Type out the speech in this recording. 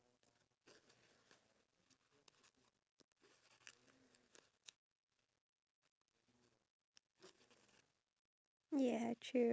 ya so if I were to bring one thing then I will bring those straws back into the past so that I will give out to the people in the village and then I would